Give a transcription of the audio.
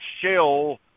shell